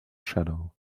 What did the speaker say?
shadow